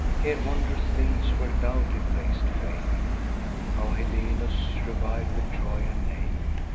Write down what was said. here wondrous things were loudly blaz'd fame how helenus reviv'd the trojan name,